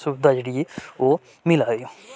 सुबधा जेह्ड़ी ओह् मिला दी ऐ